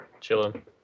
chilling